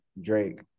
Drake